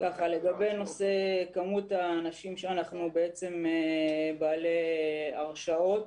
לגבי כמות האנשים בעלי הרשעות